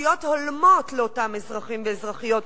בתשתיות הולמות לאותם אזרחים ואזרחיות,